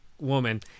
woman